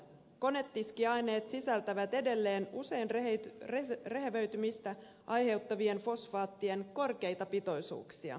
konetiskiaineet sisältävät edelleen usein rehevöitymistä aiheuttavien fosfaattien korkeita pitoisuuksia